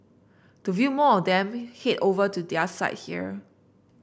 to view more of them head over to their site here